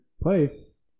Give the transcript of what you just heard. place